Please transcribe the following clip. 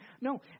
No